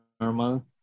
normal